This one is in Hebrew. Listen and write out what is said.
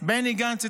בני גנץ,